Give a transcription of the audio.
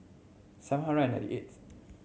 seven hundred and ninety eighth